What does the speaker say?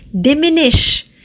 diminish